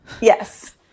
Yes